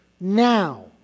now